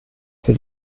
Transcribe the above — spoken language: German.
für